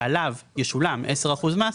שעליה ישולם 10% מס,